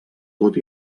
tot